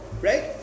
right